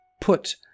put